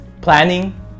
planning